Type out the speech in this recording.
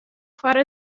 foar